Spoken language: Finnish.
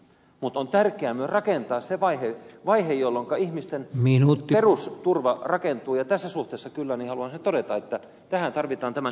mutta on tärkeää myös rakentaa se vaihe jolloinka ihmisten perusturva rakentuu ja tässä suhteessa haluan kyllä sen todeta että tähän tarvitaan tämän eduskunnan työtä